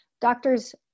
doctors